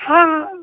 हँ